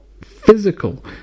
physical